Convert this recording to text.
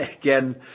Again